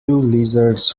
lizards